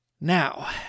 Now